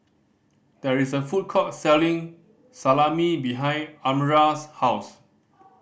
there is a food court selling Salami behind Almyra's house